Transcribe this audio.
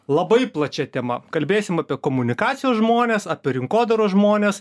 labai plačia tema kalbėsim apie komunikacijos žmones apie rinkodaros žmones